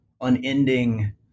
unending